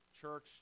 church